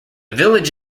village